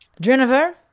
Jennifer